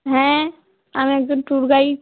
হ্যাঁ আমি একজন ট্যুর গাইড